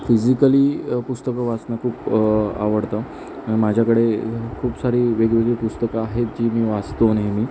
physically पुस्तकं वाचणं खूप आवडतं माझ्याकडे खूप सारी वेगवेगळी पुस्तकं आहेत जी मी वाचतो नेहमी